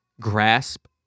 grasp